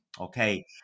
Okay